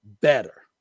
better